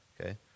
Okay